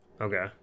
okay